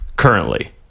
Currently